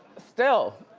still.